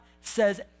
says